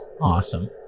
Awesome